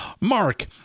Mark